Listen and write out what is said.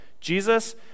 Jesus